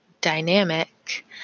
dynamic